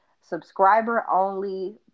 subscriber-only